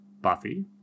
buffy